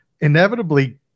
inevitably